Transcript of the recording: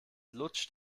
lutscht